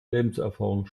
lebenserfahrung